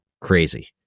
crazy